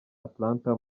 atlanta